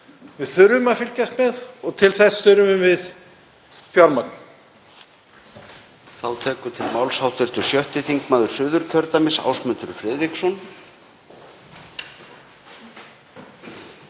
við þurfum að fylgjast með og til þess þurfum við fjármagn.